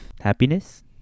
happiness